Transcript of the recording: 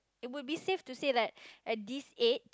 it would be safe to say like at this age